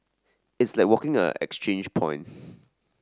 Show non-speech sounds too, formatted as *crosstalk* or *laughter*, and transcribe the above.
it's like a walking *unintelligible* exchange point